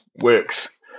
works